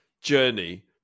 journey